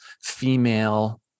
female